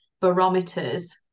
barometers